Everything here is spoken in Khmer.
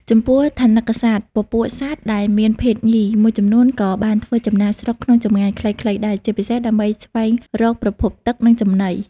ចំពោះ ថនិកសត្វ ពពួកសត្វដែលមានភេទញី មួយចំនួនក៏បានធ្វើចំណាកស្រុកក្នុងចម្ងាយខ្លីៗដែរ ជាពិសេសដើម្បីស្វែងរកប្រភពទឹក និងចំណី។